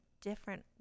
different